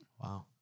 Wow